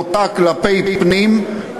בוטה כלפי פנים,